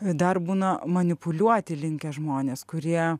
dar būna manipuliuoti linkę žmonės kurie